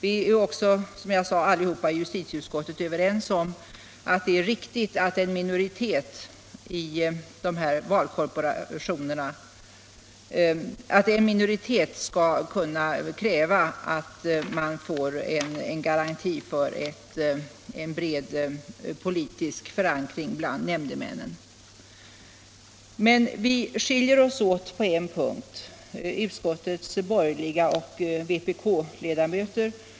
I justitieutskottet är vi alla överens om att det är riktigt att en minoritet i valkorporationerna skall kunna kräva en garanti för en bred politisk förankring bland nämndemännen. Men vi skiljer oss åt på en punkt.